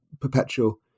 perpetual